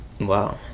wow